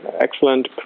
excellent